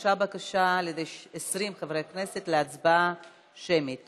הוגשה בקשה על ידי 20 חברי כנסת להצבעה שמית